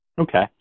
okay